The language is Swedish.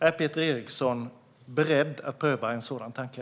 Är Peter Eriksson beredd att pröva en sådan tanke?